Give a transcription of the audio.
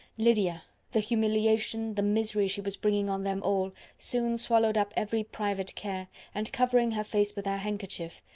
lydia the humiliation, the misery she was bringing on them all, soon swallowed up every private care and covering her face with her handkerchief,